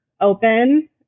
open